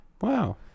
Wow